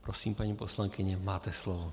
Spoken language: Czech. Prosím, paní poslankyně, máte slovo.